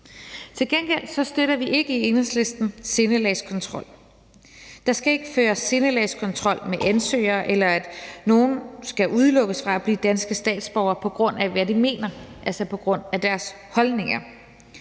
Til gengæld støtter vi i Enhedslisten ikke sindelagskontrol. Der skal ikke føres sindelagskontrol med ansøgere, eller ske det, at nogen skal udelukkes fra danske statsborgere på grund af, hvad de mener, altså på grund af deres holdninger,